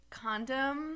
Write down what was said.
condom